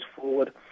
forward